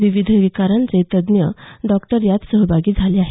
विविध विकारांचे तज्ञ डॉक्टर यात सहभागी झाले आहेत